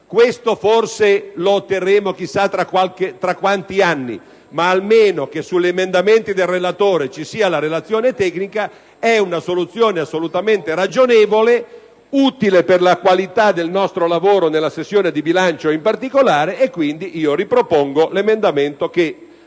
Questo forse lo otterremo chissà tra quanti anni, ma che almeno sugli emendamenti del relatore ci sia la relazione tecnica è una soluzione assolutamente ragionevole e utile per la qualità del nostro lavoro, nella sessione di bilancio in particolare. Propongo quindi l'emendamento che